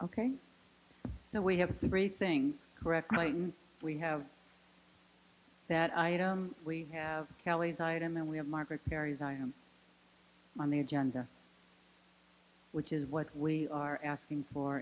so we have three things correctly we have that item we have galleys item and we have margaret carries i am on the agenda which is what we are asking for